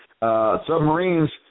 Submarines